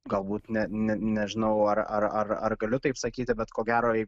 galbūt net ne ne nežinau ar ar ar galiu taip sakyti bet ko gero jeigu